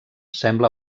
sembla